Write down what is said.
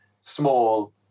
small